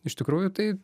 iš tikrųjų tai